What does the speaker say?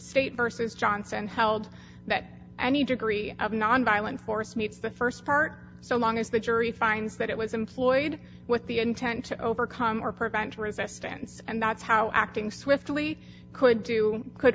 state versus johnson held that any degree of nonviolent force meets the st part so long as the jury finds that it was employed with the intent to overcome or prevent resistance and that's how acting swiftly could do could